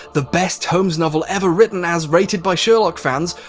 the best holmes novel ever written as rated by sherlock fans,